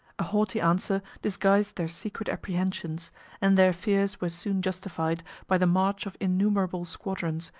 a haughty answer disguised their secret apprehensions and their fears were soon justified by the march of innumerable squadrons,